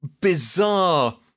bizarre